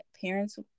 parents